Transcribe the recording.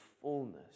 fullness